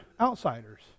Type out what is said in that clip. outsiders